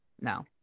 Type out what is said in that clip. No